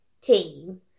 team